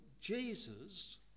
Jesus